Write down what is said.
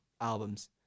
albums